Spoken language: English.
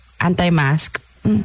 anti-mask